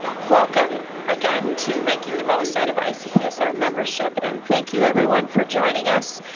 welcome again to making the most out of icpsr membership and thank you everyone for joining us.